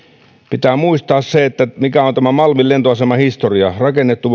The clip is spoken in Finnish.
pitää muistaa mikä on tämän malmin lentoaseman historia rakennettu